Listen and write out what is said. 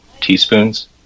teaspoons